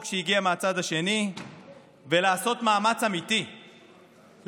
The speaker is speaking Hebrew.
שהגיעה מהצד השני ולעשות מאמץ אמיתי לחשוב